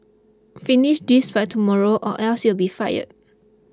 finish this by tomorrow or else you'll be fired